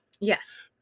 Yes